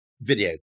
video